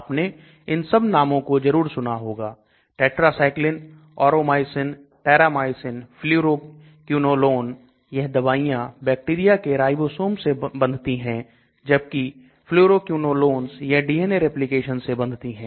आपने इन सब नामों को जरूर सुना होगा Tetracycline Aueromycin Terramycin Fluoroquinolone यह दवाइयां बैक्टीरिया के राइबोसोम से बांधती हैं जबकि Fluoroquinolones यह DNA Replication से बांधती है